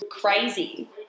crazy